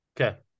Okay